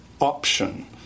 option